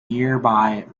nearby